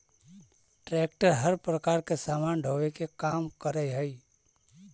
tractor हर प्रकार के सामान ढोवे के काम करऽ हई